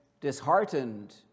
disheartened